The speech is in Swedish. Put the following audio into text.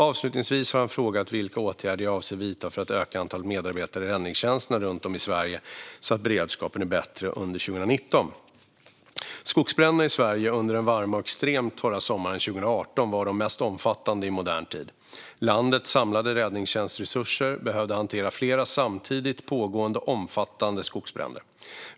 Avslutningsvis har han frågat vilka åtgärder jag avser att vidta för att öka antalet medarbetare i räddningstjänsterna runt om i Sverige så att beredskapen är bättre under 2019. Skogsbränderna i Sverige under den varma och extremt torra sommaren 2018 var de mest omfattande i modern tid. Landets samlade räddningstjänstresurser behövde hantera flera samtidigt pågående omfattande skogsbränder.